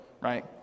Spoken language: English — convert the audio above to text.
right